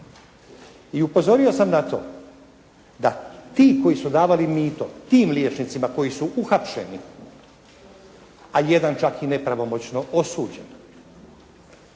I upozorio sam na to da ti koji su davali mito, tim liječnicima koji su uhapšeni, a jedan čak i nepravomoćno osuđen,